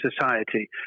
society